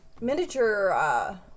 miniature